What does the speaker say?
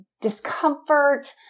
discomfort